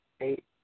eight